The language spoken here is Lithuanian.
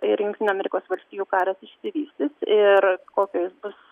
ir jungtinių amerikos valstijų karas išsivystys ir kokio jis bus